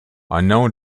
unknown